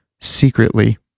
secretly